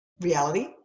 reality